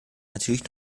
natürlich